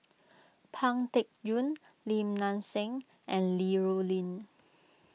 Pang Teck Joon Lim Nang Seng and Li Rulin